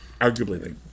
Arguably